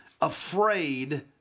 afraid